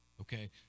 okay